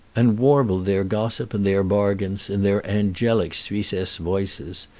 and warbled their gossip and their bargains in their angelic suissesse voices,